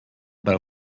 per